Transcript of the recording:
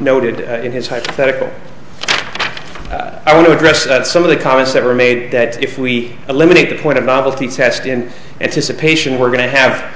noted in his hypothetical i want to address that some of the comments that were made that if we eliminate the point of novelty test in anticipation we're going to have